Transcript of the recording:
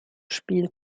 spiel